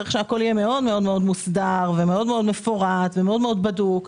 צריך שהכול יהיה מאוד מאוד מוסדר ומאוד מאוד מפורט ומאוד מאוד בדוק.